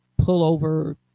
pullover